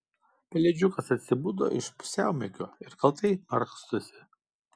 pelėdžiukas atsibudo iš pusiaumiegio ir kaltai markstosi